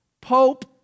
Pope